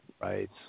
Right